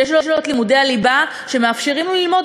שיש לו לימודי הליבה שמאפשרים לו ללמוד